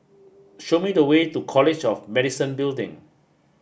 show me the way to College of Medicine Building